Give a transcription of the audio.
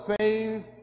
faith